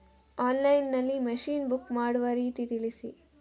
Online ನಲ್ಲಿ machine book ಮಾಡುವ ರೀತಿ ತಿಳಿಸಿ?